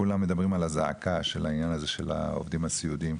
כולם מדברים על הזעקה של העניין הזה של העובדים הסיעודיים,